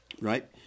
Right